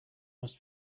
must